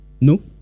No